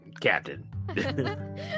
Captain